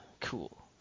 Cool